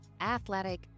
athletic